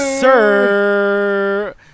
sir